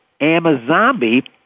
Amazombie